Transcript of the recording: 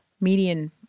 median